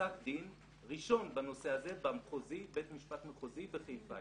בפסק דין ראשון בנושא הזה בבית משפט מחוזי בחיפה.